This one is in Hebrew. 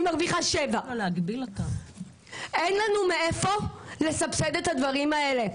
אני מרוויחה 7,000. אין לנו מאיפה לסבסד את הדברים האלה.